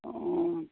অঁ